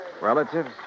Relatives